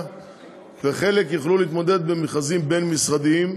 וחלק יוכלו להתמודד במכרזים בין-משרדיים.